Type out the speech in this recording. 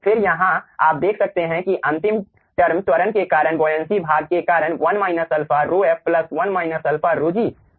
फिर यहाँ आप देख सकते हैं कि अंतिम टर्म त्वरण के कारण हैबोयनसी भाग के कारण 1 α ρf 1 α ρg g sin θ है